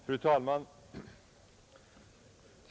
Fru talman!